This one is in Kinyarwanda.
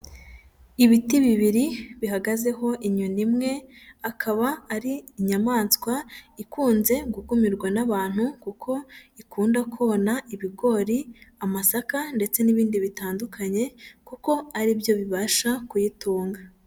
Ibiti bibiri, bihagazeho inyoni imwe, akaba ari inyamaswa ikunze gukumirwa n'abantu kuko ikunda kona ibigori, amasaka ndetse n'ibindi bitandukanye kuko ari byo bibasha kuyitunga.